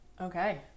Okay